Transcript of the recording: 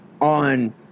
on